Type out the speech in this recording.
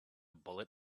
bullet